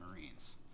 marines